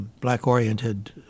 black-oriented